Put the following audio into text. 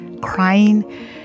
crying